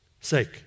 sake